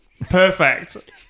Perfect